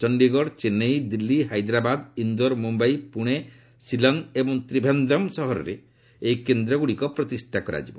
ଚଣ୍ଡୀଗଡ଼ ଚେନ୍ନାଇ ଦିଲ୍ଲୀ ହାଇଦ୍ରାବାଦ ଇନ୍ଦୋର ମୁମ୍ବାଇ ପୁଣେ ସିଲ ଏବଂ ତ୍ରିଭେନ୍ଦ୍ରମ ସହରରେ ଏହି କେନ୍ଦ୍ରଗୁଡ଼ିକ ପ୍ରତିଷ୍ଠା କରାଯିବ